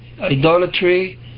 idolatry